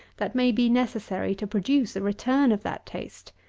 that may be necessary to produce a return of that taste,